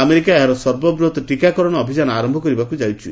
America ଏହାର ସର୍ବବୃହତ୍ ଟୀକାକରଣ ଅଭିଯାନ ଆରମ୍ଭ କରିବାକୁ ଯାଉଛି